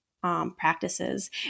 Practices